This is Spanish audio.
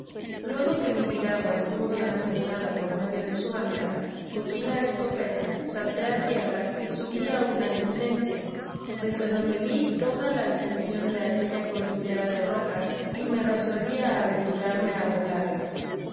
luego que mi piragua estuvo bien asegurada por medio de su ancla cogi la escopeta salté á tierra y subi á una eminen cia desde donde vi toda la estension de aquella cordillera de rocas y me resolvi áaventurarme á doblarlas